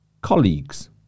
colleagues